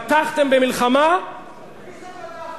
פתחתם במלחמה והפסדתם.